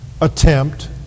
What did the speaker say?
attempt